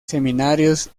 seminarios